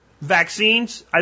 vaccines